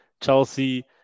Chelsea